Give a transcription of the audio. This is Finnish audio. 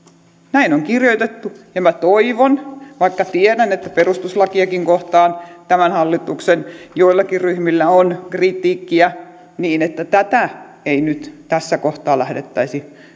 näin on kirjoitettu ja minä toivon vaikka tiedän että perustuslakiakin kohtaan tämän hallituksen joillakin ryhmillä on kritiikkiä että tätä ei nyt tässä kohtaa lähdettäisi edes